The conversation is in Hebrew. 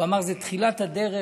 הוא אמר: זו תחילת הדרך,